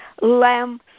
Lamb